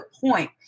point